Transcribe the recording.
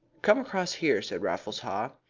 come across here, said raffles haw,